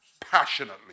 passionately